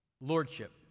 Lordship